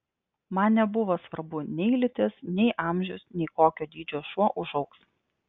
man nebuvo svarbu nei lytis nei amžius nei kokio dydžio šuo užaugs